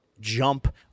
jump